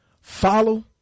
Follow